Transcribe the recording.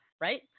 right